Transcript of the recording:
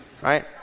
Right